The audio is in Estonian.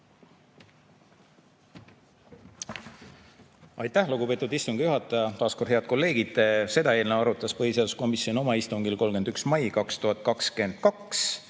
Aitäh, lugupeetud istungi juhataja! Head kolleegid! Seda eelnõu arutas põhiseaduskomisjon oma istungil 31. mail 2022.